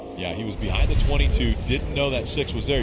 yeah, he was behind the twenty two. didn't know that six was there.